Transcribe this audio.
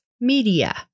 media